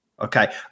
okay